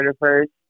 first